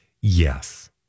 Yes